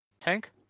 Tank